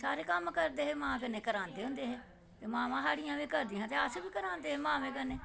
सारे कम्म करदे हे ते मां कन्नै करांदे होंदे हे ते मावां साढ़ियां करदियां हियां ते अस बी करांदे हे मावें कन्नै